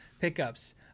pickups